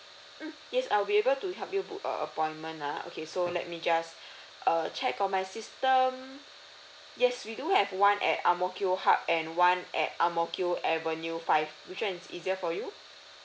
mm yes I'll be able to help you book a appointment ah okay so let me just uh check on my system yes we do have one at ang mo kio hub and one at ang mo kio avenue five which [one] is easier for you